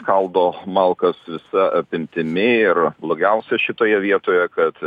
skaldo malkas visa apimtimi ir blogiausia šitoje vietoje kad